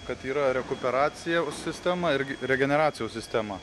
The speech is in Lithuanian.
kad yra rekuperacija sistema irgi regeneracijos sistema